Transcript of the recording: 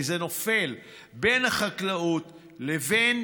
כי זה נופל בין החקלאות לבין